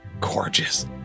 Gorgeous